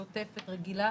שוטפת, רגילה,